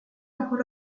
mejor